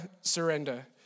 surrender